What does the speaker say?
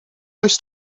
oes